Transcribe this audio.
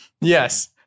Yes